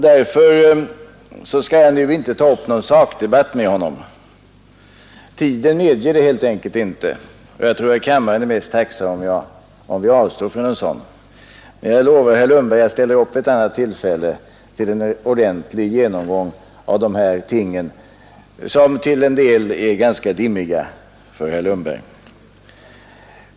Därför skall jag nu inte ta upp någon sakdebatt med honom, tiden medger det helt enkelt inte, och jag tror kammaren är mest tacksam om vi avstår från en sådan. Men jag lovar herr Lundberg att jag ställer upp vid ett annat tillfälle till en ordentlig genomgång av dessa ting som till en del är ganska dimmiga för herr Lundberg.